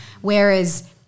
Whereas